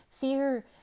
fear